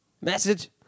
message